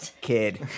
kid